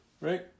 Right